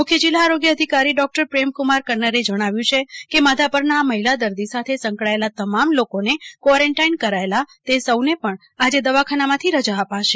મુખ્ય જિલ્લા આરોગ્ય અધિકારી ડોક્ટર પ્રેમ કુમાર કન્નરે જણાવ્યું છે કે માધાપર ના આ મહિલા દર્દી સાથે સંકળાયેલા તમામ લોકો ને ક્વોરેંટાઈન કરાયેલા તે સૌ ને પણ આજે દવાખાના માં થી રજા અપાશે